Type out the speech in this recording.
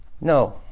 No